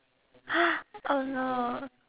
oh no